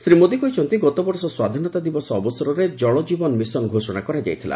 ଶ୍ରୀ ମୋଦୀ କହିଛନ୍ତି ଗତବର୍ଷ ସ୍ୱାଧୀନତା ଦିବସ ଅବସରରେ ଜଳଜୀବନ ମିଶନ ଘୋଷଣା କରାଯାଇଥିଲା